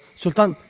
sultan!